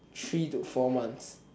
three to four months